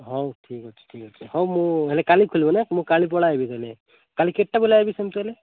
ହଉ ଠିକ୍ ଅଛି ଠିକ୍ ଅଛି ହଉ ମୁଁ ହେଲେ କାଲି ଖୋଲିବ ନା ମୁଁ କାଲି ପଳାଇ ଆସିବି ଦନେ କାଲି କେତେଟା ବେଳେ ଆସିବି ସେମତି ହେଲେ